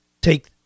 take